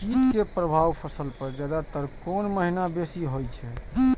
कीट के प्रभाव फसल पर ज्यादा तर कोन महीना बेसी होई छै?